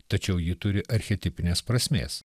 tačiau ji turi archetipinės prasmės